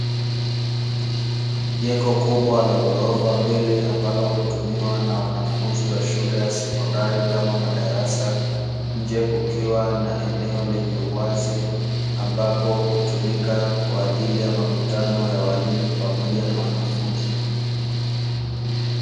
Jengo kubwa la ghorofa mbili ambalo hutumiwa na wanafunzi wa shule ya sekondari kama madarasa, nje kukiwa na eneo lenye uwazi ambapo hutumika kwaajili ya makutano ya walimu pamoja na wanafunzi.